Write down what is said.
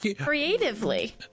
creatively